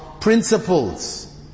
principles